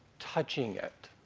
touching it,